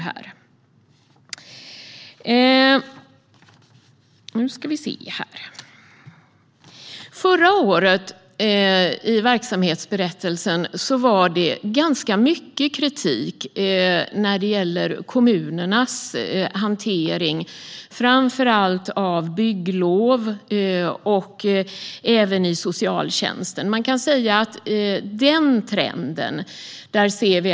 I ämbetsberättelsen från förra året fanns ganska mycket kritik av kommunernas hantering av framför allt bygglov och inom socialtjänsten. Man kan se att denna trend även finns i år.